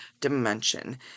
dimension